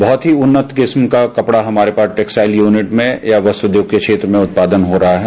बहुत ही उन्नत किस्म का कपड़ा हमारे पास टेक्सटाइल यूनिट में या वस्त्र उद्योग के क्षेत्र में उत्पादन हो रहा है